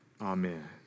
Amen